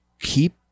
keep